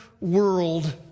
world